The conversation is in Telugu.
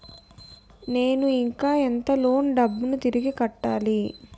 నేను ఇంకా ఎంత లోన్ డబ్బును తిరిగి కట్టాలి?